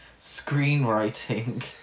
screenwriting